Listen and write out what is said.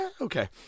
Okay